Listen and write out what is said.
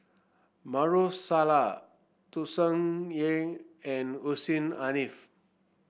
Maarof Salleh Tsung Yeh and Hussein Haniff